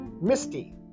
Misty